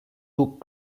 book